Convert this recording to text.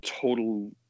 total